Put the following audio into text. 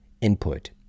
input